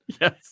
Yes